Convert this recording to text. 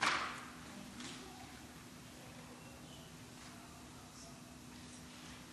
ההצעה שלא לכלול את הנושא בסדר-היום של הכנסת נתקבלה.